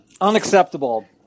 Unacceptable